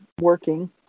working